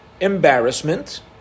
embarrassment